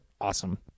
awesome